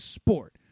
sport